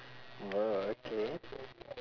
oh okay